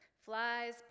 flies